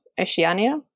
Oceania